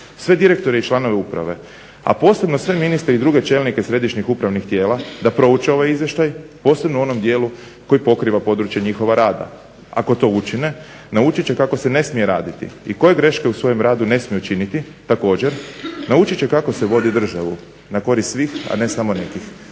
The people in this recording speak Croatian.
sve direktore i članove uprave, a posebno sve ministre i druge čelnike središnjih upravnih tijela da prouče ovaj izvještaj, posebno u onom dijelu koji pokriva područje njihova rada. Ako to učine naučit će kako se ne smije raditi i koje greške u svojem radu ne smiju činiti. Također, naučit će kako se vodi državu na korist svih, a ne samo nekih.